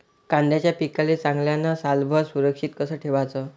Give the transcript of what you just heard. कांद्याच्या पिकाले चांगल्यानं सालभर सुरक्षित कस ठेवाचं?